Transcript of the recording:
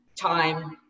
time